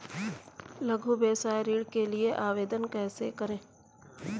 लघु व्यवसाय ऋण के लिए आवेदन कैसे करें?